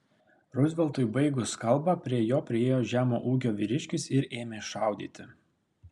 ruzveltui baigus kalbą prie jo priėjo žemo ūgio vyriškis ir ėmė šaudyti